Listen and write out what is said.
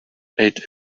ate